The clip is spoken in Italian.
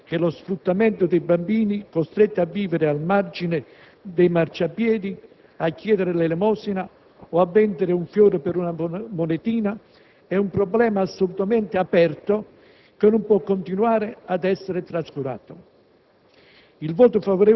Non ci sarebbe bisogno di documenti parlamentari per sapere che lo sfruttamento dei bambini, costretti a vivere al margine dei marciapiedi a chiedere l'elemosina o a vendere un fiore per una monetina, è un problema assolutamente aperto